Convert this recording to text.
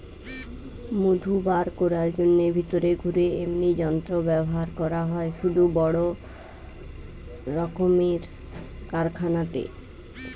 মধু বার কোরার জন্যে ভিতরে ঘুরে এমনি যন্ত্র ব্যাভার করা হয় শুধু বড় রক্মের কারখানাতে